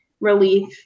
relief